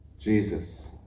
Jesus